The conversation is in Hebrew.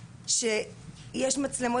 לראות כל הזמן מה את עושה.